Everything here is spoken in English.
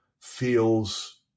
feels